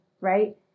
right